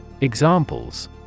Examples